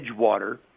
Edgewater